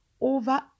over